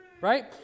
Right